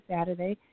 Saturday